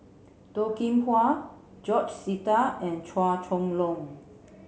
Toh Kim Hwa George Sita and Chua Chong Long